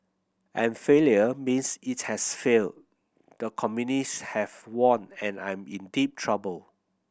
and failure means it has failed the communist have won and I'm in deep trouble